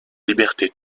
liberté